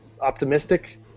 optimistic